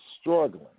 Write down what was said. struggling